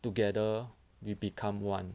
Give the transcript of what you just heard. together we become one